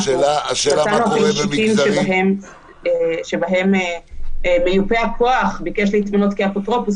אנחנו מצאנו אפילו תיקים שבהם מיופה הכוח ביקש להתמנות כאפוטרופוס,